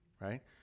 Right